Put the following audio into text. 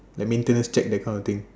like maintenance check that kind of thing